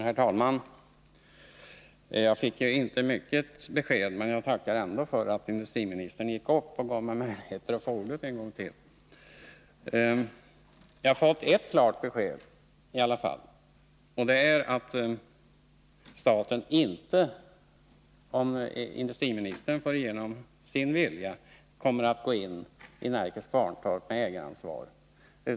Herr talman! Jag fick inte mycket besked. Men jag tackar ändå för att industriministern gick upp i svaromål och därmed gav mig möjlighet att få ordet en gång till. Jag har fått ett klart besked i alla fall, och det är att staten inte, om industriministern får sin vilja fram, kommer att gå in i Närkes Kvarntorp med ägaransvar.